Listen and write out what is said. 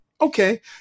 Okay